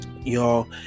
Y'all